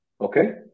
Okay